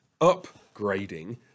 Upgrading